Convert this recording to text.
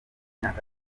imyaka